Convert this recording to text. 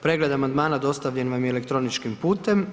Pregled amandmana dostavljen vam je elektroničkim putem.